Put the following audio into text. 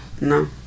No